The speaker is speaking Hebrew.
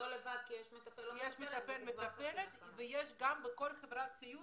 יש מטפל או מטפלת ובכל חברת סיעוד,